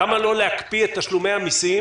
למה לא להקפיא את תשלומי המסים